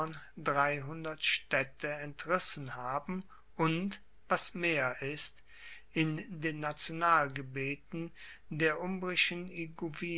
dreihundert staedte entrissen haben und was mehr ist in den nationalgebeten der umbrischen